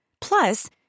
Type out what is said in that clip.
Plus